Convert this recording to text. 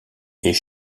est